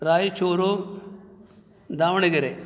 Raichur Davanagere